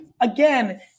again